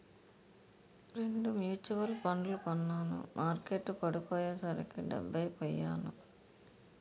రెండు మ్యూచువల్ ఫండ్లు కొన్నాను మార్కెట్టు పడిపోయ్యేసరికి డెబ్బై పొయ్యాను